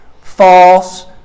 false